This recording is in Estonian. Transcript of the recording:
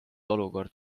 olukord